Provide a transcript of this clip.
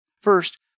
First